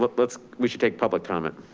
let's, we should take public comment.